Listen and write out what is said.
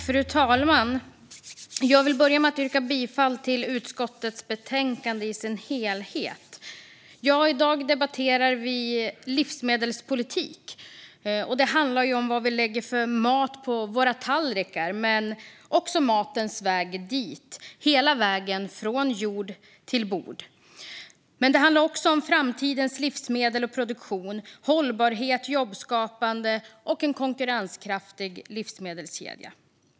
Fru talman! Jag vill börja med att yrka bifall till utskottets förslag i betänkandet i sin helhet. I dag debatterar vi livsmedelspolitik. Det handlar om vilken mat vi lägger på våra tallrikar men också om matens väg dit, hela vägen från jord till bord. Det handlar också om framtidens livsmedel och produktion, hållbarhet, jobbskapande och en konkurrenskraftig livsmedelskedja.